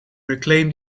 reclaim